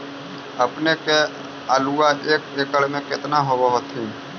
अपने के आलुआ एक एकड़ मे कितना होब होत्थिन?